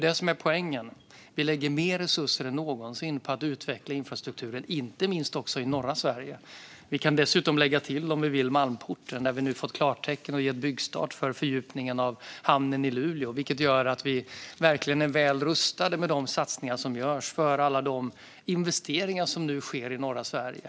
Det är poängen, nämligen att vi lägger mer resurser än någonsin på att utveckla infrastrukturen inte minst också i norra Sverige. Vi kan dessutom lägga till Malmporten. Det har kommit klartecken och blivit byggstart för fördjupningen av hamnen i Luleå, vilket gör att vi verkligen är väl rustade med de satsningar som görs för alla de investeringar som nu sker i norra Sverige.